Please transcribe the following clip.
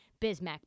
Bismack